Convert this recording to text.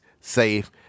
safe